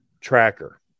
tracker